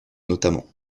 notamment